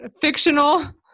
fictional